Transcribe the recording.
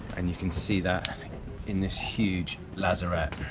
and you can see that in this huge lazarette,